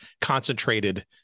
concentrated